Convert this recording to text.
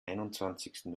einundzwanzigsten